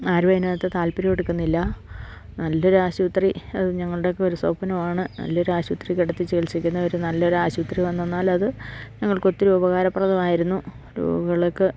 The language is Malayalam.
ആരും അതിനകത്തു താല്പര്യം എടുക്കുന്നില്ല നല്ലൊരു ആശുപത്രി അത് ഞങ്ങളുടെയൊക്കെ ഒരു സ്വപ്നമാണ് നല്ലൊരു ആശുപത്രിക്കിടത്തി ചികിൽത്സിക്കുന്നവര് നല്ലൊരു ആശുപത്രി വന്നെന്നാല് അത് ഞങ്ങൾക്ക് ഒത്തിരി ഒരുപകാരപ്രദമായിരുന്നു രോഗികൾക്ക്